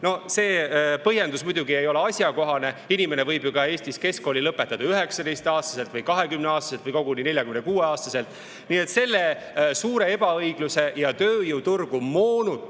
See põhjendus muidugi ei ole asjakohane, inimene võib ju Eestis keskkooli lõpetada ka 19‑aastaselt, 20‑aastaselt või koguni 46‑aastaselt. Nii et selle suure ebaõigluse ja tööjõuturgu moonutava